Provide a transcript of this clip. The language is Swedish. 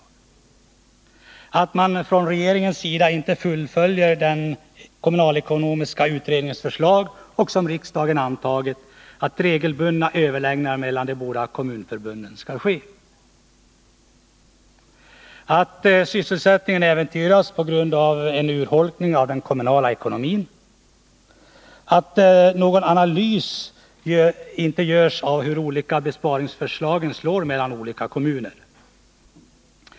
Vidare hävdar de att man från regeringens sida inte fullföljer den kommunalekonomiska utredningens förslag, som riksdagen antagit, att regelbundna överläggningar mellan de båda kommunförbunden skall ske, att sysselsättningen äventyras 117 på grund av en urholkning av den kommunala ekonomin samt att någon analys inte gjorts av hur de olika besparingsförslagen slår mellan kommunerna.